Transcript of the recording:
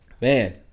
Man